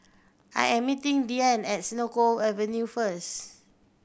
I am meeting Dianne at Senoko Avenue first